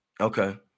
Okay